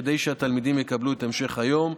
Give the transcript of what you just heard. כדי שהתלמידים יקבלו את המשך היום,